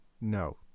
No